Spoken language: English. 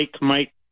Mike